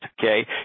okay